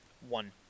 One